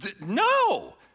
no